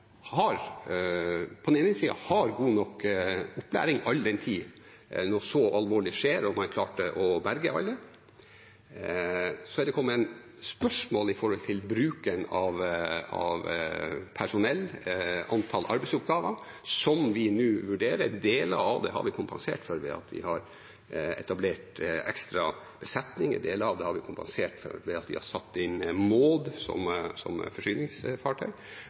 på den ene siden har god nok opplæring, all den tid noe så alvorlig skjedde og man klarte å berge alle. Så er det kommet spørsmål om bruken av personell og antall arbeidsoppgaver, som vi nå vurderer. Deler av det har vi kompensert for ved at vi har etablert ekstra besetning, deler av det har vi kompensert for ved at vi har satt inn «Maud» som forsyningsfartøy.